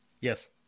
Yes